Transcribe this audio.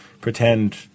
pretend